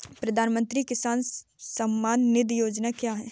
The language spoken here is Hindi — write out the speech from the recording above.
प्रधानमंत्री किसान सम्मान निधि योजना क्या है?